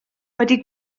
wedi